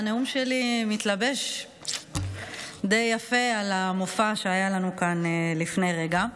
והנאום שלי מתלבש די יפה על המופע שהיה לנו כאן לפני רגע.